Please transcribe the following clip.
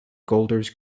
golders